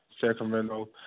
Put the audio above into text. Sacramento